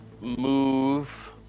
move